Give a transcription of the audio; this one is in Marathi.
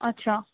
अच्छा